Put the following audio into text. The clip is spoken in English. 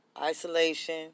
Isolation